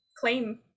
claim